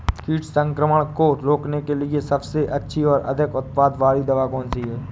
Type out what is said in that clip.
कीट संक्रमण को रोकने के लिए सबसे अच्छी और अधिक उत्पाद वाली दवा कौन सी है?